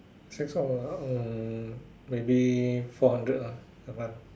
six one eight what hmm maybe four hundred lah a month